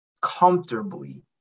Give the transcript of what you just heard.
comfortably